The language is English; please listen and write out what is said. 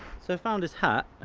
so found his hat.